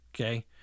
Okay